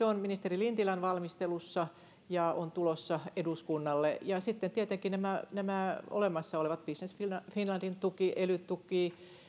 on ministeri lintilän valmistelussa ja on tulossa eduskunnalle ja sitten tietenkin nämä nämä olemassa olevat business finlandin tuki ely tuki